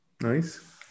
nice